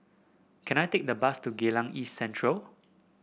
can I take a bus to Geylang East Central